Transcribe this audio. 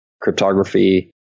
cryptography